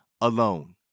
alone